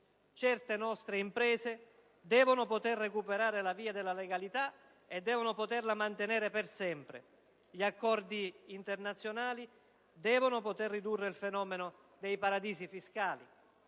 Certe nostre imprese devono poter recuperare la via della legalità e devono poterla mantenere per sempre. Gli accordi internazionali devono poter ridurre il fenomeno dei paradisi fiscali.